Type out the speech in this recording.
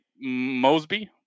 Mosby